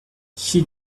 she